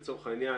לצורך העניין,